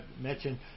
mentioned